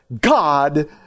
God